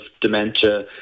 dementia